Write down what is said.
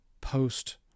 post